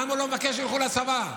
למה הוא לא מבקש שילכו לצבא?